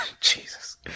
Jesus